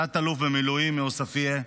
תת-אלוף במילואים מעוספיא.